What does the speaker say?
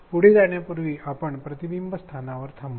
पुढे जाण्यापूर्वी आपण प्रतिबिंब स्थानावर थांबू